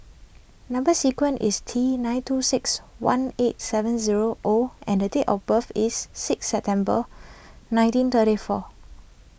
Number Sequence is T nine two six one eight seven zero O and the date of birth is six September nineteen thirty four